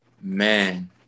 Man